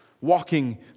walking